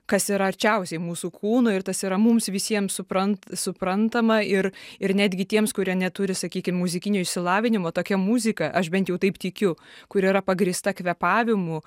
kas yra arčiausiai mūsų kūno ir tas yra mums visiems supran suprantama ir ir netgi tiems kurie neturi sakykim muzikinio išsilavinimo tokia muzika aš bent jau taip tikiu kur yra pagrįsta kvėpavimu